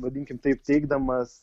vadinkim taip teigdamas